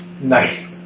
Nice